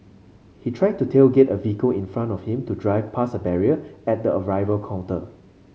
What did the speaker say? he tried to tailgate a vehicle in front of him to drive past a barrier at the arrival counter